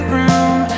room